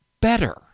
better